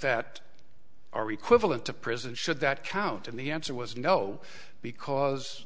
that are equal and to prison should that count and the answer was no because